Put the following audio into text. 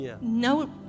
no